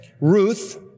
Ruth